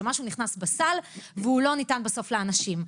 שמשהו נכנס בסל והוא לא ניתן בסוף לאנשים.